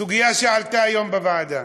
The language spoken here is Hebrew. סוגיה שעלתה היום בוועדה.